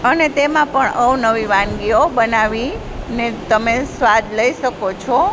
અને તેમાં પણ અવનવી વાનગીઓ બનાવીને તમે સ્વાદ લઈ શકો છો